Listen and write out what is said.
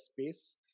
space